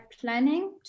planning